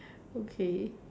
okay